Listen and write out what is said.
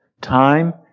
Time